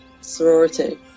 sorority